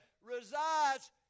resides